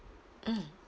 mm